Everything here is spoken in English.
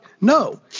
No